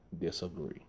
disagree